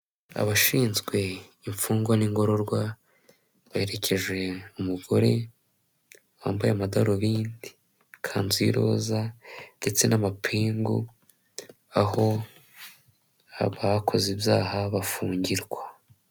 Abashinzwe imfungwa n'ingororwa baherekeje umugore wambaye amadarubindi, ikanzu y'iroza, ndetse n'amapingu aho abakoze ibyaha bafungirwa.